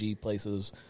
places